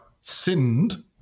sinned